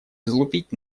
излупить